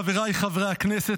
חבריי חברי הכנסת,